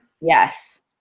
Yes